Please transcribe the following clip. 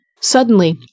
Suddenly